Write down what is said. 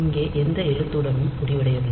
இங்கே எந்த எழுத்துடனும் முடிவடையவில்லை